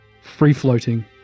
free-floating